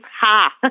ha